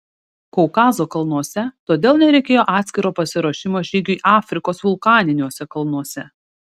kaukazo kalnuose todėl nereikėjo atskiro pasiruošimo žygiui afrikos vulkaniniuose kalnuose